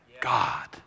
God